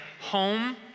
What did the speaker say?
home